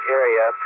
area